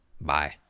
bye